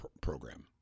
program